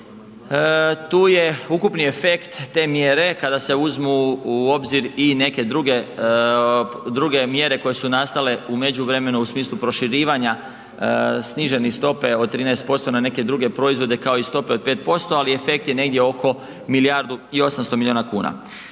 tu je ukupni efekt te mjere kada se uzmu u obzir i neke druge mjere koje su nastale u međuvremenu u smislu proširivanja snižene stope od 13% na neke druge proizvode kao i stope od 5%, ali efekt je negdje oko milijardu i 800 milijuna kuna.